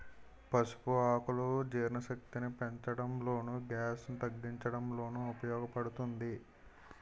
పసుపు ఆకులు జీర్ణశక్తిని పెంచడంలోను, గ్యాస్ ను తగ్గించడంలోనూ ఉపయోగ పడుతుంది